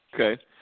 Okay